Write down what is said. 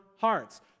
hearts